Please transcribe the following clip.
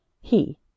He